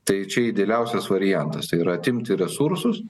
tai čia idealiausias variantas tai yra atimti resursus